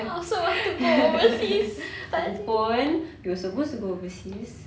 I also want to go overseas study